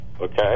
okay